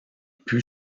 put